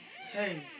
Hey